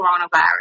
coronavirus